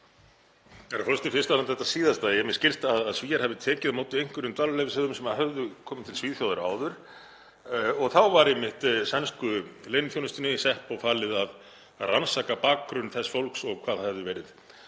Herra forseti. Fyrst varðandi þetta síðasta. Mér skilst að Svíar hafi tekið á móti einhverjum dvalarleyfishöfum sem höfðu komið til Svíþjóðar áður og þá var einmitt sænsku leyniþjónustunni SÄPO falið að rannsaka bakgrunn þess fólks og hvað það hefði verið